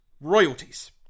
royalties